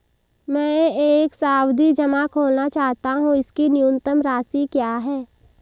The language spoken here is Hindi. मैं एक सावधि जमा खोलना चाहता हूं इसकी न्यूनतम राशि क्या है?